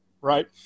Right